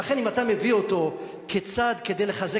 ולכן אם אתה מביא אותו כצד כדי לחזק